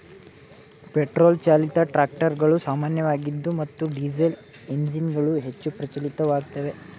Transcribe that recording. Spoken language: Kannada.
ಪೆಟ್ರೋಲ್ ಚಾಲಿತ ಟ್ರಾಕ್ಟರುಗಳು ಸಾಮಾನ್ಯವಾಗಿದ್ವು ಮತ್ತು ಡೀಸೆಲ್ಎಂಜಿನ್ಗಳು ಹೆಚ್ಚು ಪ್ರಚಲಿತವಾಗಯ್ತೆ